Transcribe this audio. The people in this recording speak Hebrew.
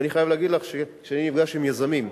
ואני חייב להגיד לך שאני נפגש עם יזמים,